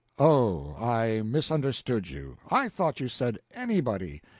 oh, i misunderstood you. i thought you said anybody,